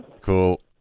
Cool